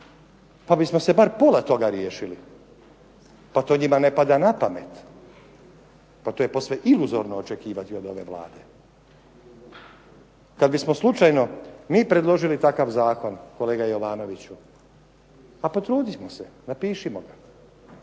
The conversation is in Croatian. Pa bismo se bar pola toga riješili. Pa to njima ne pada na pamet. Pa to je posve iluzorno očekivati od ove Vlade. Kad bismo slučajno mi predložili takav zakon kolega Jovanoviću, pa potrudimo se, napišimo ga.